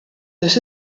this